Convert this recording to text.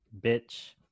Bitch